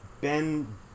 Ben